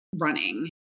running